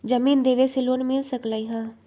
जमीन देवे से लोन मिल सकलइ ह?